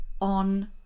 on